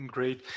Great